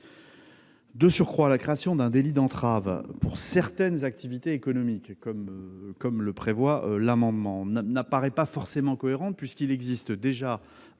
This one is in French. De surcroît, la création d'un délit d'entrave pour certaines activités économiques, comme le vise l'amendement, n'est pas forcément cohérente, puisqu'il existe déjà